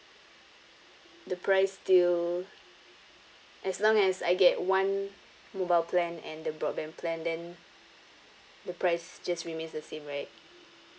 the price still as long as I get one mobile plan and the broadband plan then the price just remains the same right